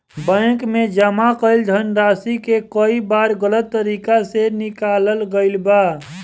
bank में जमा कईल धनराशि के कई बार गलत तरीका से निकालल गईल बा